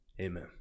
Amen